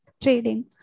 trading